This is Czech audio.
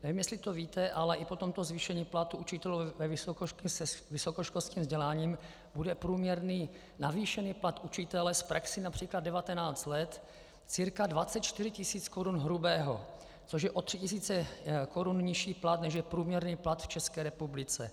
Nevím, jestli to víte, ale i po tomto zvýšení platů učitelů s vysokoškolským vzděláním bude průměrný navýšený plat učitele s praxí například 19 let cca 24 tisíc korun hrubého, což je o 3 tisíce korun nižší plat, než je průměrný plat v České republice.